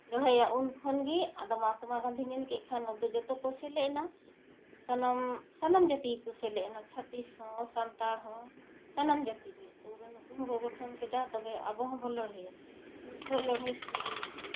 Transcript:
ᱞᱟᱹᱲᱦᱟᱹᱭᱟ ᱩᱱ ᱠᱷᱚᱱ ᱜᱮ ᱟᱫᱚ ᱢᱟᱦᱛᱢᱟ ᱜᱟᱱᱫᱷᱤ ᱢᱮᱱ ᱠᱮᱫ ᱠᱷᱟᱱ ᱟᱫᱚ ᱡᱚᱛᱚ ᱠᱚ ᱥᱮᱞᱮᱫ ᱮᱱᱟ ᱥᱟᱱᱟᱢ ᱥᱟᱱᱟᱢ ᱡᱟᱹᱛᱤ ᱜᱮᱠᱚ ᱥᱮᱞᱮᱫ ᱮᱱᱟ ᱪᱷᱟᱹᱛᱤᱠ ᱦᱚᱸ ᱥᱟᱱᱛᱟᱲ ᱦᱚᱸ ᱥᱟᱱᱟᱢ ᱡᱟᱹᱛᱤ ᱜᱮ ᱛᱳ ᱩᱱᱨᱮ ᱱᱩᱠᱩ ᱦᱚᱸᱠᱚ ᱜᱚᱴᱷᱚᱱ ᱠᱮᱫᱟ ᱛᱚᱵᱮ ᱟᱵᱚ ᱦᱚᱸᱵᱚᱱ ᱞᱟᱹᱲᱦᱟᱹᱭᱟ ᱩᱱ ᱠᱷᱚᱡ ᱞᱟᱹᱲᱦᱟᱹᱭ ᱥᱩᱨᱩᱭᱮᱱᱟ